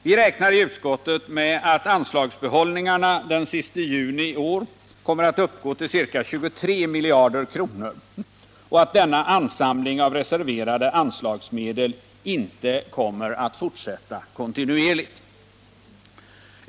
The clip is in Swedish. Vi räknar i utskottet med att anslagsbehållningarna den sista juni i år kommer att uppgå till ca 23 miljarder kronor och att denna ansamling av reserverade anslagsmedel inte kommer att fortsätta kontinuerligt.